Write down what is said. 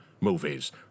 movies